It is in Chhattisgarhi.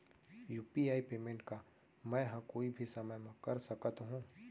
यू.पी.आई पेमेंट का मैं ह कोई भी समय म कर सकत हो?